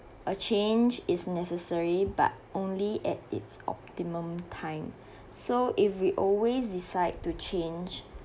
a change is necessary but only at it's optimum time so if we always decide to change